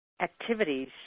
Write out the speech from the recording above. activities